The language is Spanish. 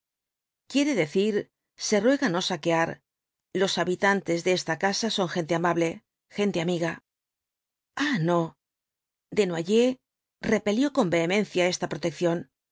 quiere decir se ruega no saquear los habitante de esta casa son gente amable gente amiga ah no desnoyers repelió con vehemencia esta protección